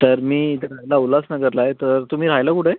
तर मी इथं रहायला उल्हासनगरला आहे तर तुम्ही राहायला कुठे आहे